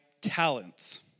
Talents